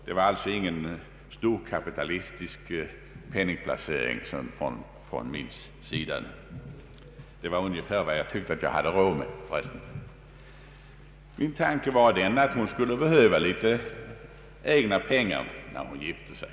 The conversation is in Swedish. Det var alltså ingen storkapitalistisk penningplacering från min sida, utan premien motsvarade ungefär vad jag tyckte att jag hade råd med. Min tanke var att min dotter skulle behöva litet egna pengar när hon gifte sig.